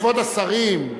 כבוד השרים,